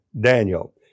Daniel